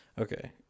Okay